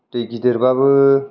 दै गिदिरबाबो